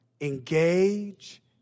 Engage